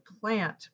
plant